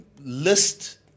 list